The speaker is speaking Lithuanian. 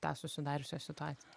tą susidariusią situac